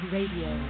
Radio